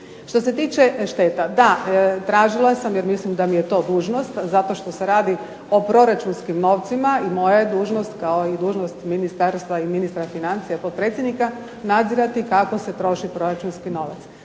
Što se tiče šteta da, tražila sam jer mislim da mi je to dužnost zato što se radi o proračunskim novcima i moja je dužnost kao i dužnost ministarstva i ministra financija i potpredsjednika nadzirati kako se troši proračunski novac.